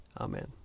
Amen